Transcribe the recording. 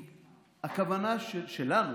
הכוונה שלנו,